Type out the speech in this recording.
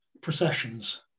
processions